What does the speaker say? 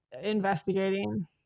investigating